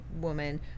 woman